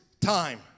time